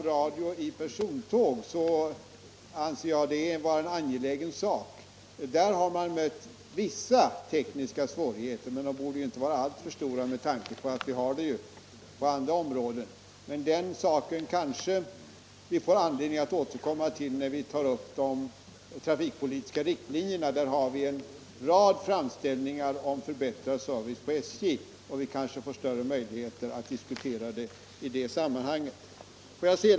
Radio i persontåg anser jag vara en angelägen sak. Där har man mött vissa tekniska svårigheter, men de borde inte vara alltför stora med tanke på att vi har motsvarigheter på andra områden. Den saken kanske vi får anledning att återkomma till när vi tar upp de trafikpolitiska riktlinjerna. Där har vi en rad framställningar om förbättrad service på SJ, och vi kanske får större möjligheter att diskutera denna fråga i det sammanhanget.